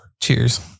Cheers